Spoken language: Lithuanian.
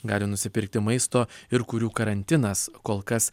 gali nusipirkti maisto ir kurių karantinas kol kas